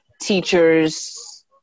teachers